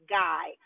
guy